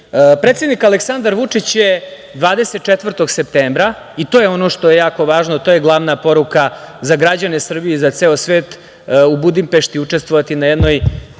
miru. Predsednik Aleksandar Vučić je 24. septembra, i to je ono što je jako važno, to je glavna poruka za građane Srbije i za ceo svet, u Budimpešti učestvovati na jednoj,